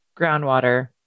groundwater